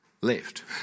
left